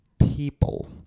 people